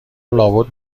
لابد